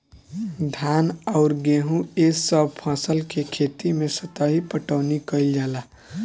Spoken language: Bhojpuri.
धान अउर गेंहू ए सभ फसल के खेती मे सतही पटवनी कइल जाला